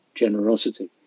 generosity